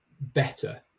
better